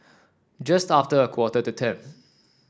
just after a quarter to ten